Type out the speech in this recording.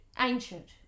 Ancient